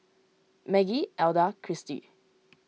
Maggie Elda Christy